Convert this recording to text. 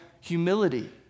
humility